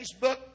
Facebook